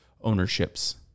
ownerships